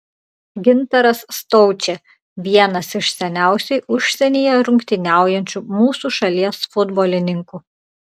gintaras staučė vienas iš seniausiai užsienyje rungtyniaujančių mūsų šalies futbolininkų